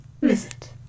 visit